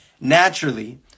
naturally